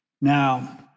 Now